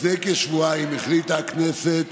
לפני כשבועיים החליטה הכנסת